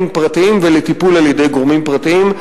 פרטיים ולטיפול על-ידי גורמים פרטיים.